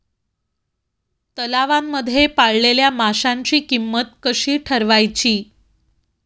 तलावांमध्ये पाळलेल्या माशांची किंमत कशी ठरवायची?